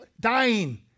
dying